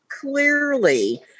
clearly